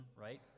right